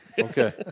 Okay